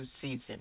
season